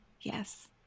yes